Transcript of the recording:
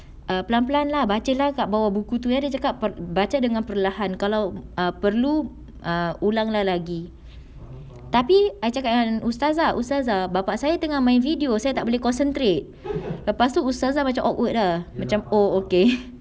err perlahan-perlahan lah baca lah kat bawah buku tu ada cakap per~ baca dengan perlahan kalau err perlu err ulang lah lagi tapi I cakap dengan ustazah ustazah bapa saya tengah main video saya tak boleh concentrate lepas tu ustazah macam awkward lah macam oh okay